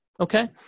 Okay